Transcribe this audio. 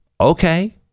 Okay